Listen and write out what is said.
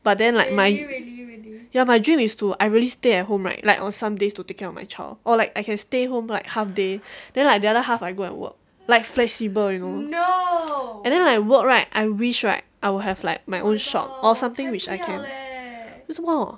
but then like my ya my dream is to I really stay at home right like on some days to take care of my child or like I can stay home like half day then like the other half I go and work like flexible you know and then I work right I wish right I have like my own shop or something which I can 为什么